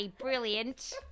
Brilliant